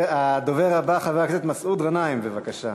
הדובר הבא, חבר הכנסת מסעוד גנאים, בבקשה.